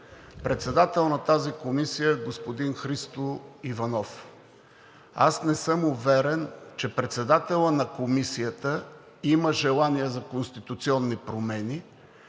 Председател на тази комисия е господин Христо Иванов. Аз не съм уверен, че председателят на Комисията има желание за конституционни промени.